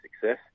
success